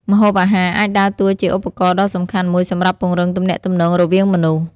ម្ហូបអាហារអាចដើរតួជាឧបករណ៍ដ៏សំខាន់មួយសម្រាប់ពង្រឹងទំនាក់ទំនងរវាងមនុស្ស។